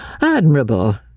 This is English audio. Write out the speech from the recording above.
Admirable